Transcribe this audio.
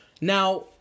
Now